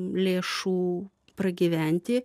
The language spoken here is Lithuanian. lėšų pragyventi